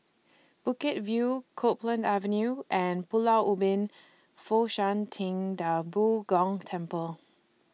Bukit View Copeland Avenue and Pulau Ubin Fo Shan Ting DA Bo Gong Temple